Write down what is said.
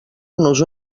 nos